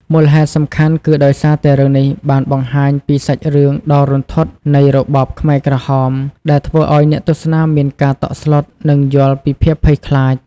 មូលហេតុសំខាន់គឺដោយសារតែរឿងនេះបានបង្ហាញពីសាច់រឿងដ៏រន្ធត់នៃរបបខ្មែរក្រហម ដែលធ្វើឲ្យអ្នកទស្សនាមានការតក់ស្លុត និងយល់ពីភាពភ័យខ្លាច។